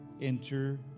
Enter